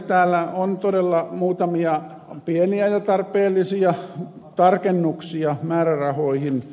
täällä on todella muutamia pieniä ja tarpeellisia tarkennuksia määrärahoihin